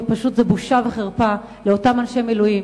שפשוט זו בושה וחרפה לאותם אנשי מילואים,